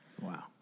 Wow